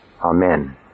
Amen